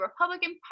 Republican